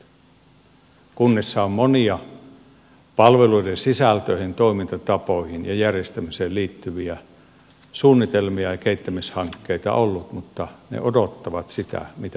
kunnissa on monia palveluiden sisältöihin toimintatapoihin ja järjestämiseen liittyviä suunnitelmia ja kehittämishankkeita ollut mutta ne odottavat sitä mitä tuleman pitää